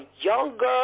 younger